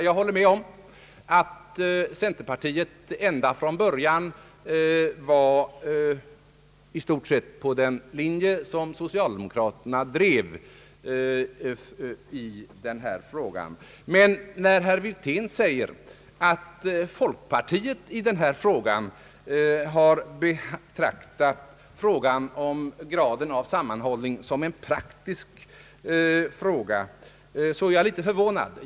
Jag håller med om att centerpartiet ända från början varit inne på i stort sett samma linje som socialdemokraterna i denna fråga, men när herr Wirtén säger att folkpartiet har betraktat graden av sammanhållning som en praktisk fråga, blir jag litet förvånad.